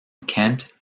kent